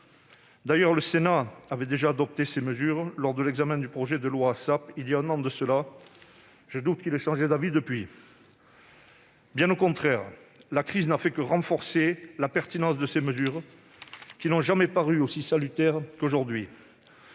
D'ailleurs, le Sénat avait déjà adopté ces mesures lors de l'examen du projet de loi ASAP voilà un an. Je doute qu'il ait changé d'avis depuis, la crise n'ayant fait que renforcer la pertinence de ces mesures, qui n'ont jamais paru aussi salutaires qu'aujourd'hui.